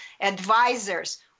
advisors